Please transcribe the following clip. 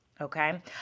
okay